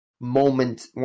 moment